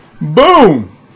Boom